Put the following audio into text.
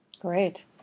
Great